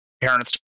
parents